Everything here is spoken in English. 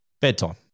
Bedtime